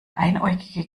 einäugige